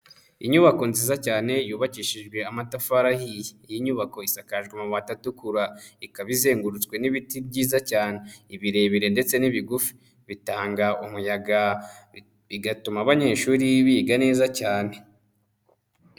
Inyubako nziza cyane yubakishijwe amatafari ahiye, iyi nyubako isakajwe amabati atukura ikaba izengurutswe n'ibiti byiza cyane ibirebire ndetse n'ibigufi, bitanga umuyaga bigatuma abanyeshuri biga neza cyane.